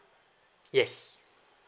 yes